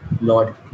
Lord